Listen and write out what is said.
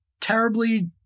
terribly